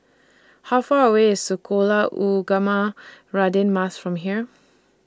How Far away IS Sekolah Ugama Radin Mas from here